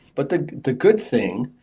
but the the good thing,